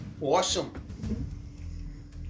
Awesome